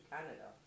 Canada